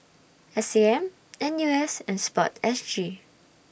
S A M N U S and Sport S G